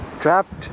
trapped